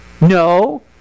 No